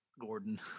Gordon